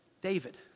David